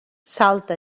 salta